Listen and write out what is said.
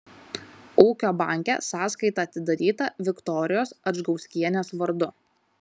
ūkio banke sąskaita atidaryta viktorijos adžgauskienės vardu